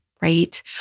right